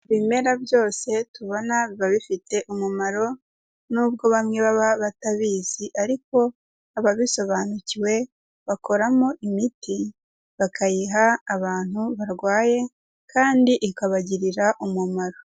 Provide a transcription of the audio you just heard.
Ibimera byose tubona biba bifite umumaro n'ubwo bamwe baba batabizi, ariko ababisobanukiwe bakoramo imiti bakayiha abantu barwaye kandi ikabagirira umumaro.